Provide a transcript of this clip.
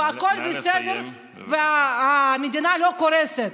הכול בסדר והמדינה לא קורסת.